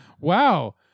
Wow